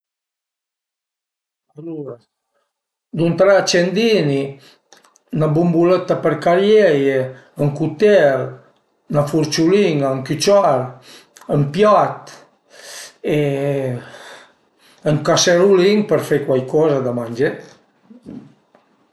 Alure dun tre acendini, 'na bumbulëtta per carieie, ën cutel, 'na furciulin-a, ün cüciar, ën piat ën caserulin për fe cuaicoza da mangé